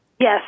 Yes